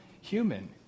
human